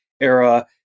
era